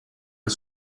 are